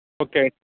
okay